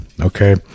okay